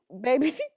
baby